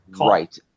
Right